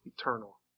eternal